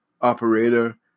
operator